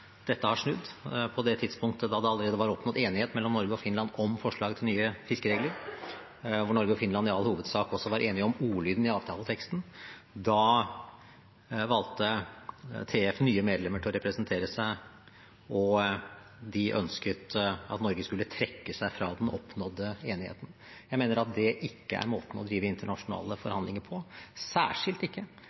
dette har snudd, på det tidspunktet da det allerede var oppnådd enighet mellom Norge og Finland om forslaget til nye fiskeregler, hvor Norge og Finland i all hovedsak også var enige om ordlyden i avtaleteksten. Da valgte TF nye medlemmer til å representere seg, og de ønsket at Norge skulle trekke seg fra den oppnådde enigheten. Jeg mener at det ikke er måten å drive internasjonale forhandlinger på, særskilt ikke